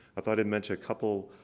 i thought i'd mention a couple